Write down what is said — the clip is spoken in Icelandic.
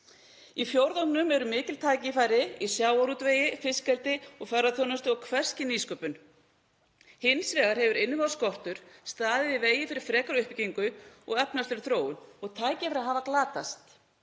Í fjórðungnum eru mikil tækifæri í sjávarútvegi, fiskeldi, ferðaþjónustu og hvers kyns nýsköpun. Hins vegar hefur innviðaskortur staðið í vegi fyrir frekari uppbyggingu og efnahagslegri þróun og tækifæri hafa glatast.